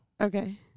Okay